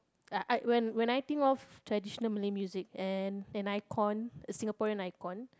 uh when when I think of traditional Malay music and an icon a Singaporean icon